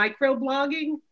microblogging